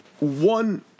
One